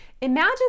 imagine